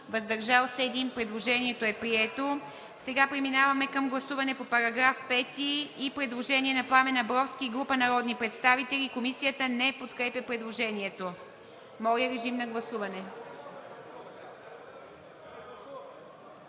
въздържал се 1. Предложението е прието. Преминаваме към гласуване по § 5 и предложение на Пламен Абровски и група народни представители. Комисията не подкрепя предложението. Моля, режим на гласуване.